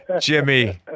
Jimmy